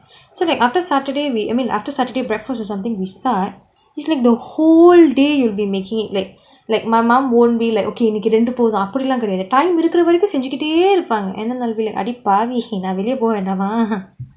so like after saturday we I mean after saturday breakfast or something we start it's like the whole day you'll be making it like like my mom won't be like okay இன்னக்கி ரெண்டு போதும் அப்படியெல்லாம் கிடையாது:innaki rendu pothum apdiyaelaam kidaiyaathu time இருக்குறவரை செஞ்சிகிட்டே இருப்பாங்க:irukuravarai senjikite irupaanga and then I'll be like அடி பாவி நான் வெளியே போ வேணாமா:adi paavi naan veliyae po venaamaa